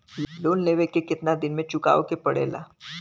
Loan लेवे के कितना दिन मे चुकावे के पड़ेला?